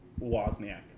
Wozniak